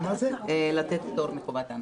לתת פטור מחובת הנחה.